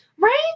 Right